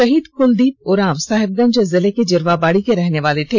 शहीद कुलदीप उराव साहेबगंज जिले के जिरवाबड़ी के रहने वाले थे